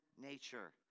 nature